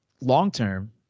long-term